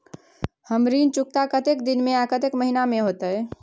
हमर ऋण चुकता कतेक दिन में आ कतेक महीना में होतै?